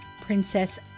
Princess